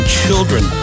children